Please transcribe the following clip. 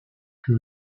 que